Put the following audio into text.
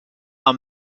are